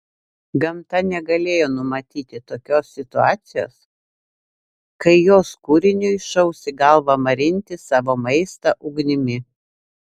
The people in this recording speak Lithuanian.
gamta negalėjo numatyti tokios situacijos kai jos kūriniui šaus į galvą marinti savo maistą ugnimi